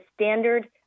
standard